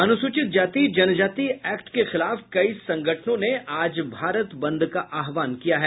अनुसूचित जाति जनजाति एक्ट के खिलाफ कई संगठनों ने आज भारत बंद का आहवान किया है